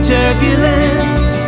turbulence